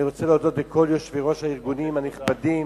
אני רוצה להודות לכל יושבי-ראש הארגונים הנכבדים: